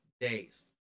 days